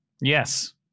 Yes